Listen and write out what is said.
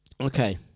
Okay